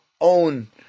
own